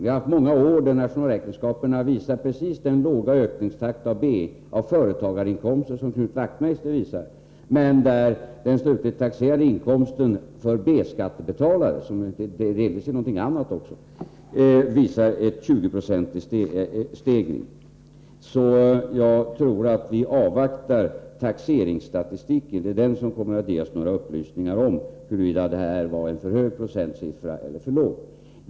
Vi har haft många år där nationalräkenskaperna visat precis den låga ökningstakt av företagarinkomster som Knut Wachtmeister pekar på, men där den slutligt taxerade inkomsten för B-skattebetalare — som delvis också är någonting annat — visar en 20-procentig stegring. Jag tror därför att vi skall avvakta taxeringsstatistiken. Det är den som kommer att ge oss upplysningar om huruvida detta var en procentsiffra som var för hög eller för låg.